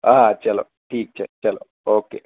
હા ચલો ઠીક છે ચલો ઓકે